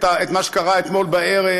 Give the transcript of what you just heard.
את מה שקרה אתמול בערב,